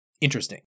interesting